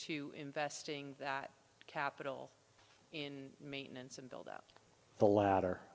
to investing that capital in maintenance and build out the la